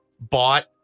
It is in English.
bought